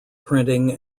printing